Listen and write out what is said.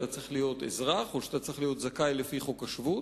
אתה צריך להיות אזרח או שאתה צריך להיות זכאי לפי חוק השבות,